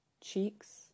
Cheeks